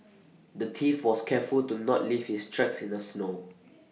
the thief was careful to not leave his tracks in the snow